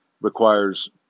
requires